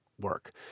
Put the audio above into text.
work